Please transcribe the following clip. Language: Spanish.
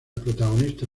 protagonista